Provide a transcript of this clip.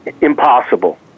impossible